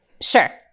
sure